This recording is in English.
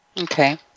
Okay